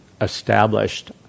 established